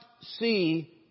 see